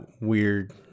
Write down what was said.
weird